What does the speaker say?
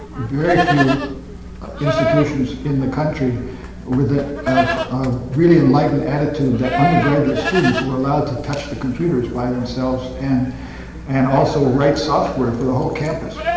very few institutions in the country with a really enlightened attitude that undergraduate students were allowed to touch the computers by themselves, and and also write software for the whole campus.